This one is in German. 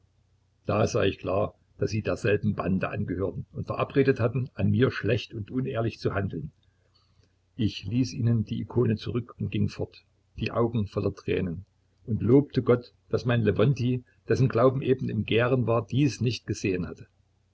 da sah ich klar daß sie derselben bande angehörten und verabredet hatten an mir schlecht und unehrlich zu handeln ich ließ ihnen die ikone zurück und ging fort die augen voller tränen und lobte gott daß mein lewontij dessen glaube eben im gären war dies nicht gesehen hatte